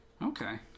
Okay